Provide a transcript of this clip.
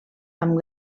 amb